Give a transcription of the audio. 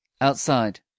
Outside